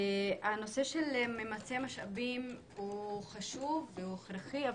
הנושא של ממצי משאבים הוא חשוב והכרחי,